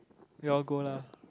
you all go lah